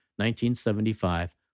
1975